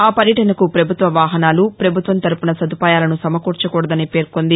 ఆ పర్యటనకు పభుత్వ వాహనాలు ప్రభుత్వం తరఫున సదుపాయాలను సమకూర్చకూడదని పేర్కొంది